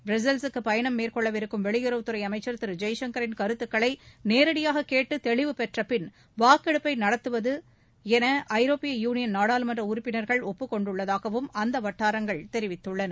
பிரஸல்சிற்கு பயணம் மேற்கொள்ளவிருக்கும் வெளியுறவுத்துறை அமைச்சர் திரு ஜெய்சங்கரின் கருத்துக்களை நேரடியாக கேட்டு தெளிவு பெற்றவின் வாக்கெடுப்பை நடத்துவதற்கு ஐரோப்பிய யூனியன் நாடாளுமன்ற உறுப்பினர்கள் ஒப்புக்கொண்டுள்ளதாகவும் அந்த வட்டாரங்கள் தெரிவித்துள்ளன